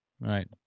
right